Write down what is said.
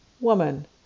woman